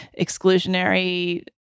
exclusionary